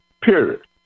period